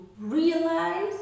realize